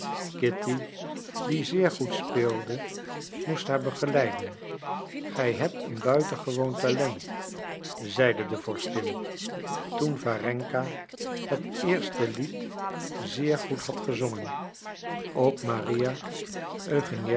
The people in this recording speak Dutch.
kitty die zeer goed speelde moest haar begeleiden gij hebt een buitengewoon talent zeide de vorstin toen warenka het eerste lied zeer goed had gezongen ook maria